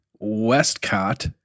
Westcott